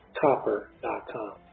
copper.com